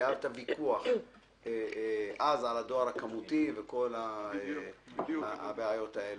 כי אז היה את הוויכוח על הדואר הכמותי וכל הבעיות האלה.